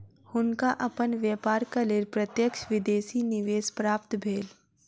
हुनका अपन व्यापारक लेल प्रत्यक्ष विदेशी निवेश प्राप्त भेल